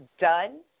done